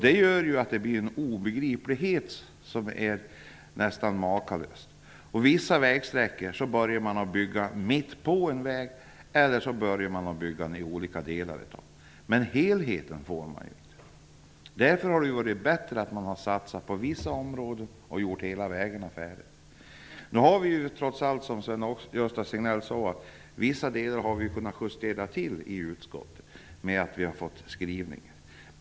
Det gör ju att det blir en obegriplighet som är nästan makalös. Vissa vägsträckor började man bygga mitt på eller också började man bygga vägen i olika delar. Men helheten får man inte. Därför hade det varit bättre att satsa på vissa områden och gjort hela vägarna färdiga. Nu har vi trots allt, som Sven-Gösta Signell sade, kunnat justera vissa delar i utskottet genom att vi har fått den här skrivningen.